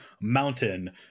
mountain